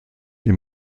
des